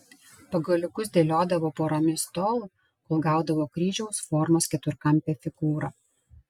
pagaliukus dėliodavo poromis tol kol gaudavo kryžiaus formos keturkampę figūrą